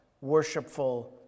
worshipful